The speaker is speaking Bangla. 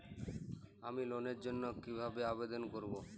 আমি লোনের জন্য কিভাবে আবেদন করব?